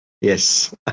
Yes